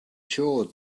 sure